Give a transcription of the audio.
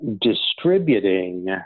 distributing